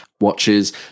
watches